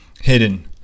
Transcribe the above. hidden